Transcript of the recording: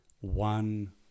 one